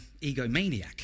egomaniac